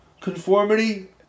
conformity